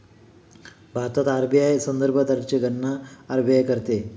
भारतात आर.बी.आय संदर्भ दरची गणना आर.बी.आय करते